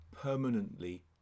permanently